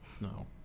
No